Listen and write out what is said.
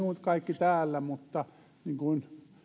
kaikki täällä mutta niin kuin